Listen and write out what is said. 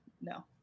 No